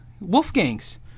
Wolfgangs